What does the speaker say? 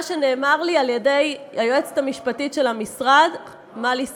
זה מה שנאמר לי על-ידי היועצת המשפטית של המשרד מלי סיטון.